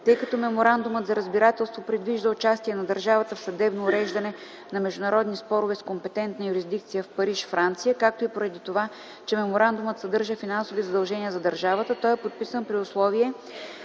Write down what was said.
Тъй като меморандумът за разбирателство предвижда участие на държавата в съдебно уреждане на международни спорове с компетентна юрисдикция в Париж, Франция, както и поради това, че меморандумът съдържа финансови задължения за държавата, той е подписан при условие